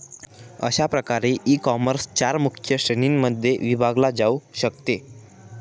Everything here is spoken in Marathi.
अशा प्रकारे ईकॉमर्स चार मुख्य श्रेणींमध्ये विभागले जाऊ शकते